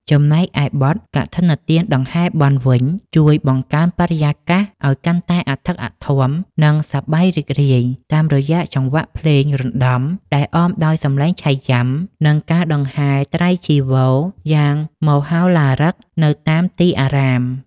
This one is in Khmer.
ចំណែកឯបទ កឋិនទានដង្ហែបុណ្យ វិញ ជួយបង្កើនបរិយាកាសឱ្យកាន់តែអធិកអធម និងសប្បាយរីករាយតាមរយៈចង្វាក់ភ្លេងរណ្តំដែលអមដោយសម្លេងឆៃយ៉ាំ និងការដង្ហែត្រៃចីវរយ៉ាងមហោឡារិកនៅតាមទីអារាម។